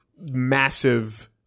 massive